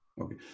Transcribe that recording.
Okay